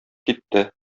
китте